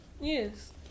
Yes